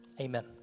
amen